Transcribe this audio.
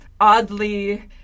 oddly